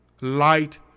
light